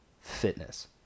fitness